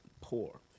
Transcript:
poor